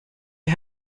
you